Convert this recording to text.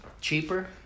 cheaper